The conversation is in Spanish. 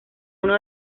uno